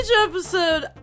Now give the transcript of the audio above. episode